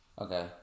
Okay